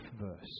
verse